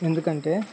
ఎందుకంటే